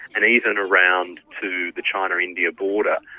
and even around to the china-india border,